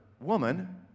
Woman